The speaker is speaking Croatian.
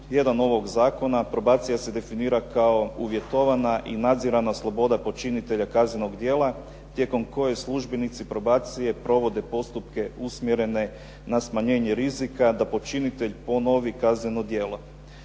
1. ovog Zakona, probacija se definira kao uvjetovana i nadzirana sloboda počinitelja kaznenog djela tijekom koje službenici probacije provode postupke usmjerene na smanjenje rizika da počinitelj ponovi kazneno djelo.